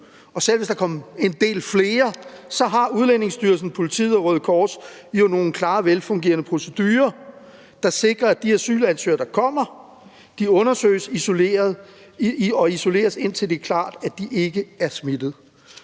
selv hvis der kom en del flere, har Udlændingestyrelsen, politiet og Røde Kors nogle klare, velfungerende procedurer, der sikrer, at de asylansøgere, der kommer, undersøges og isoleres, indtil det er klart, at de ikke er smittet.